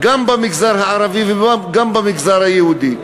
גם במגזר הערבי וגם במגזר היהודי.